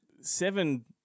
Seven